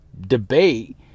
debate